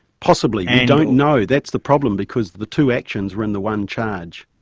possibly, we don't know. that's the problem, because the two actions were in the one charge.